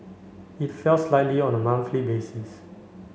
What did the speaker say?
it fell slightly on the monthly basis